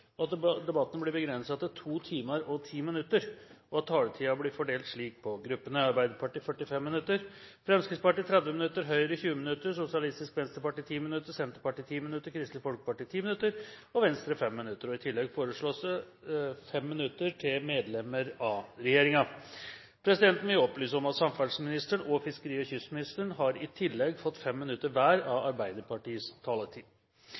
presidenten foreslå at debatten blir begrenset til 2 timer og 10 minutter, og at taletiden blir fordelt slik på gruppene: Arbeiderpartiet 45 minutter, Fremskrittspartiet 30 minutter, Høyre 20 minutter, Sosialistisk Venstreparti 10 minutter, Senterpartiet 10 minutter, Kristelig Folkeparti 10 minutter og Venstre 5 minutter. I tillegg foreslås 5 minutter til medlemmer av regjeringen. Presidenten vil opplyse om at samferdselsministeren og fiskeri- og kystministeren har i tillegg fått 5 minutter hver av Arbeiderpartiets taletid.